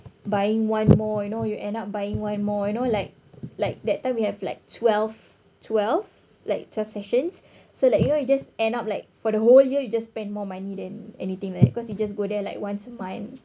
buying one more you know you end up buying one more you know like like that time we have like twelve twelve like twelve sessions so like you know you just end up like for the whole year you just spend more money than anything like that cause you just go there like once a month